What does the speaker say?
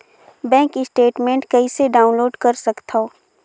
Bank statement कइसे download कर सकथव?